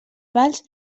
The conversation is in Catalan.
pals